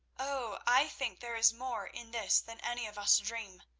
oh, i think there is more in this than any of us dream.